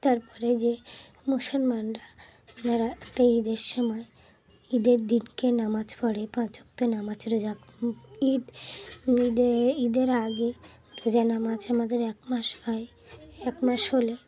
তারপরে যে মুসলমানরা যারা একটা ঈদের সময় ঈদের দিনকে নামাজ পড়ে পাঁচ ওয়াক্ত নামাজ রোজা ঈদ ঈদে ঈদের আগে রোজা নামাজ আমাদের এক মাস হয় এক মাস হলে